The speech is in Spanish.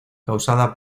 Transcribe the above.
causada